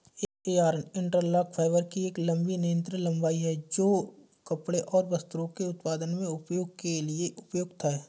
yarn interlock fibre की एक लंबी निरंतर लंबाई है, जो कपड़े और वस्त्रों के उत्पादन में उपयोग के लिए उपयुक्त है